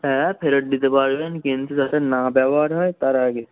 হ্যাঁ ফেরত দিতে পারবেন কিন্তু যাতে না ব্যবহার হয় তার আগে